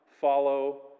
follow